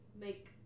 Make